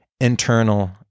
internal